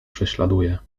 prześladuje